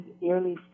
nearly